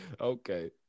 Okay